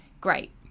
great